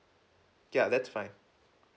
ya that's fine